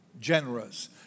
generous